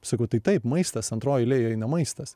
sakau tai taip maistas antroj eilėj eina maistas